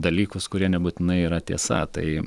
dalykus kurie nebūtinai yra tiesa tai